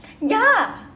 ya